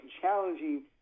challenging